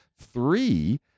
Three